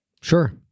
Sure